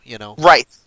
Right